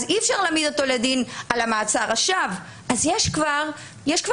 אז למשטרה כבר יש עילה.